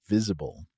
Visible